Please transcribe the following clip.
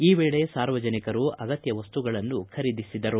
ಈ ವೇಳೆ ಸಾರ್ವಜನಿಕರು ಅಗತ್ಯ ವಸ್ತುಗಳನ್ನು ಖರೀದಿಸಿದರು